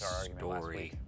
story